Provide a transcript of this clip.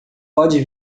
pode